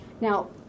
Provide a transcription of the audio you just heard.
Now